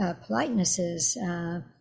politenesses